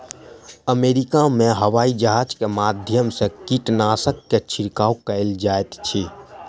America में हवाईजहाज के माध्यम से कीटनाशक के छिड़काव कयल जाइत अछि